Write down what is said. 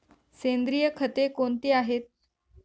सेंद्रिय खते कोणती आहेत?